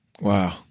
Wow